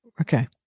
Okay